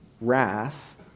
wrath